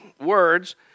words